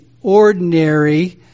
ordinary